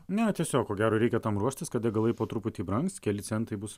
ne tiesiog ko gero reikia tam ruoštis kad degalai po truputį brangs keli centai bus